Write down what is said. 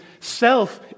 self